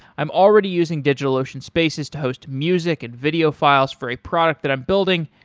i'm already using digitalocean spaces to host music and video files for a product that i'm building,